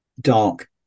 dark